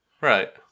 Right